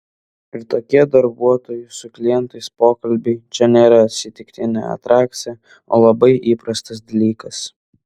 ir tokie darbuotojų su klientais pokalbiai čia nėra atsitiktinė atrakcija o labai įprastas dalykas